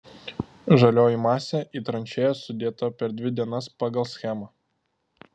žalioji masė į tranšėjas sudėta per dvi dienas pagal schemą